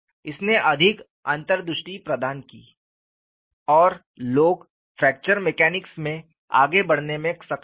इसने अधिक अंतर्दृष्टि प्रदान की और लोग फ्रैक्चर मैकेनिक्स में आगे बढ़ने में सक्षम हुए